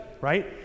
right